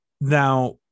Now